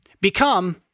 become